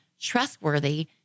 trustworthy